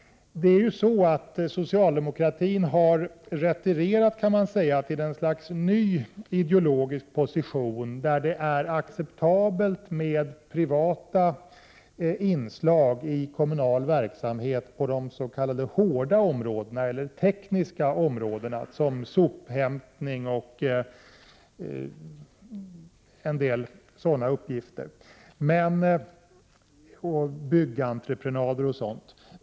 Man kan säga att socialdemokratin har retirerat till en ny ideologisk position, där det är acceptabelt med privata inslag i kommunal verksamhet på de ”hårda” områdena, dvs. de tekniska områdena, som sophämtning, byggentreprenad o.d.